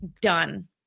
done